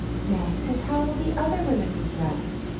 yes but how will the other women be dressed?